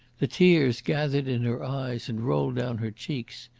the tears gathered in her eyes and rolled down her cheeks.